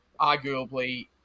arguably